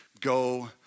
go